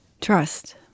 trust